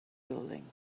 building